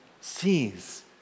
sees